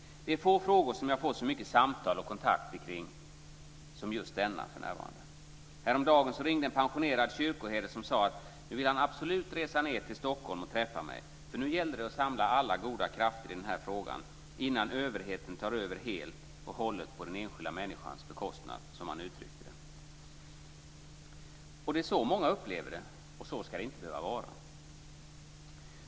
Det är få frågor som jag får så många samtal om och kontakter kring som just denna för närvarande. Häromdagen ringde en pensionerad kyrkoherde som sa att han absolut ville resa ned till Stockholm för att träffa mig, för nu gällde det att samla alla goda krafter i denna fråga innan överheten tar över helt och hållet på den enskilda människans bekostnad, som han uttryckte det. Det är så många upplever det, och så ska det inte behöva vara.